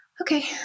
Okay